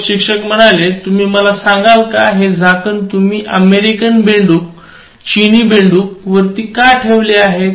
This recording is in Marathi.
मग शिक्षक म्हणाले तुम्ही मला सांगाल का हे झाकण तुम्ही अमेरिकन बेडूक चिनी बेडूक वरती का ठेवले आहेत